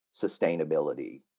sustainability